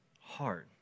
hard